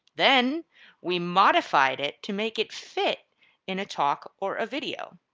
then we modified it to make it fit in a talk or a video.